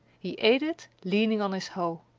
he ate it, leaning on his hoe.